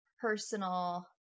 personal